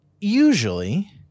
usually